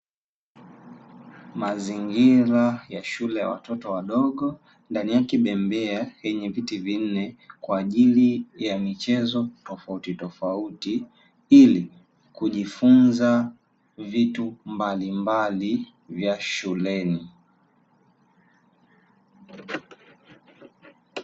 Mazingira ya shule ya watoto wadogo, ndani yake bembea yenye viti vinne kwa ajili ya michezo tofautitofauti, ili kujifunza vitu mbalimbali vya shuleni.